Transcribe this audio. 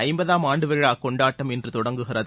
ஐம்பதாம் ஆண்டு விழா கொண்டாட்டம் இன்று தொடங்குகிறது